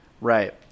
Right